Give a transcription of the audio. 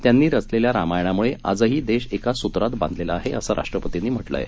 त्यांनी रचलेल्या रामायणामुळे आजही देश एका सूत्रात बांधलेला आहे असं राष्ट्रपतींनी म्हटलं आहे